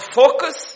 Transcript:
focus